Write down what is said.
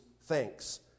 thanks